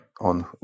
on